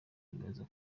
bibaza